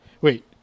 Wait